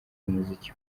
umuziki